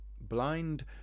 blind